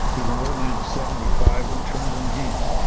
he's an old man of seventy five with trembling hands,